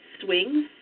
swings